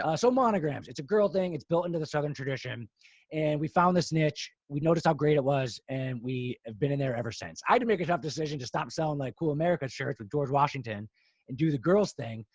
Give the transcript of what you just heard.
so monograms it's a girl thing it's built into the southern tradition and we found this niche. we noticed how great it was. and we have been in there ever since i had to make a tough decision to stop selling like cool american shirts with george washington and do the girls thing.